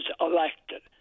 elected